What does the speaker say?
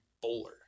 bowler